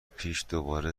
پیش، دوباره